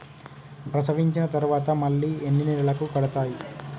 ప్రసవించిన తర్వాత మళ్ళీ ఎన్ని నెలలకు కడతాయి?